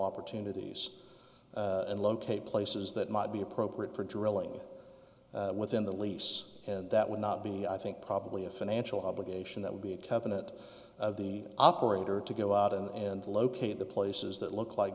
opportunities and locate places that might be appropriate for drilling within the lease and that would not be i think probably a financial obligation that would be a cabinet operator to go out of and locate the places that look like